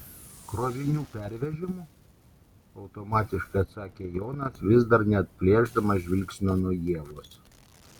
krovinių pervežimu automatiškai atsakė jonas vis dar neatplėšdamas žvilgsnio nuo ievos